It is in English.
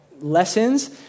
lessons